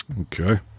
Okay